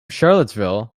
charlottesville